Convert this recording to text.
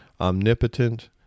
omnipotent